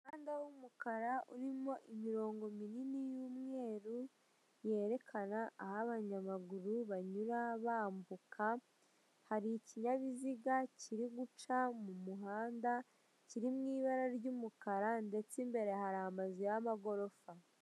Umuhanda w'umukara urimo imirongo minini y'umweru yerekana aho abanyamaguru banyura bambuka hari ikinyabiziga kiri guca mu muhanda kiri mu ibara ry'umukara ndetse imbere hari amazu y'amagorofa.